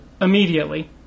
immediately